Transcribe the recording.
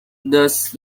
does